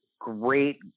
great